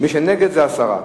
מי שנגד זה הסרה.